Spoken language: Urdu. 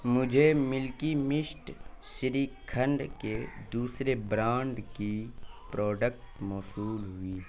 مجھے ملکی مسٹ شری کھنڈ کے دوسرے برانڈ کی پروڈکٹ موصول ہوئی